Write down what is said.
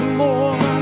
more